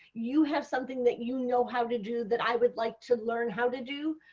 you have something that you know how to do that i would like to learn how to do,